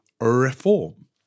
reform